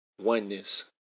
oneness